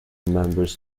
members